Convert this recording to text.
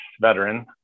veteran